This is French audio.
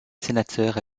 sénateurs